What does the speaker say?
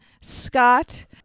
Scott